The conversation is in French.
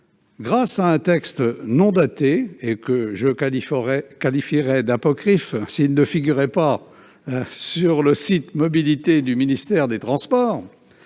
grâce à un texte non daté, que je qualifierais d'apocryphe s'il ne figurait pas sur le site Mobilités du ministère des transports,